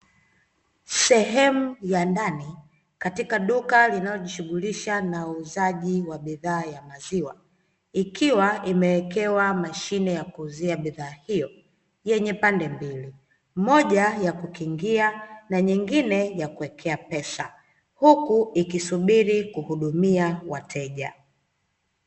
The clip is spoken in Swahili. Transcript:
Sehemu ya ndani katika duka linalojishughulisha na uuzaji wa bidhaa ya maziwa. Ikiwa imewekewa mashine ya kuuzia bidhaa hiyo yenye pande mbili, moja ya kukingia na nyingine ya kuwekea pesa. Huku ikisubiri kuhudumia wateja.